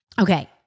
Okay